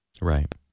Right